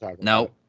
No